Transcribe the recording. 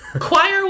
Choir